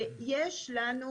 יש לנו,